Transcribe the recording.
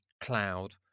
Cloud